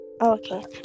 okay